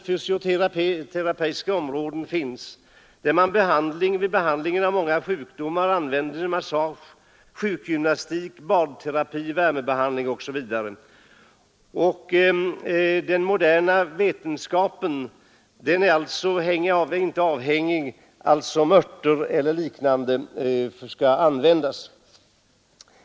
Fysioterapi används t.ex. vid behandling av många sjukdomar — det rör sig om massage, sjukgymnastik, badterapi, värmebehandling osv. Den moderna vetenskapen är alltså inte avhängig av om örter och liknande skall användas eller inte.